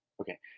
Okay